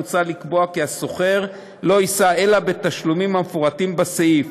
מוצע לקבוע כי השוכר לא יישא אלא בתשלומים המפורטים בסעיף,